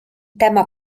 tema